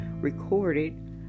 recorded